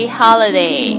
holiday